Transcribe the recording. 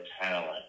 talent